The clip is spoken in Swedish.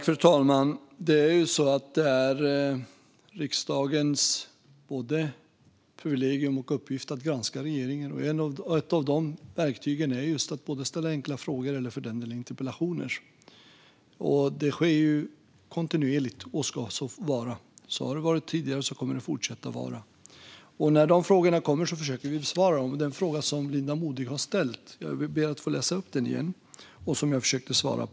Fru talman! Det är riksdagens privilegium och uppgift att granska regeringen. Ett verktyg är just att ställa enkla frågor eller, för den delen, interpellationer. Det sker kontinuerligt, och så ska det vara. Så har det varit tidigare, och så kommer det att fortsätta vara. När frågorna kommer försöker vi besvara dem. Jag ber om att igen få läsa upp den fråga som Linda Modig har ställt och som jag försökte besvara.